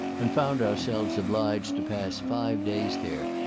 and found ourselves obliged to pass five days there,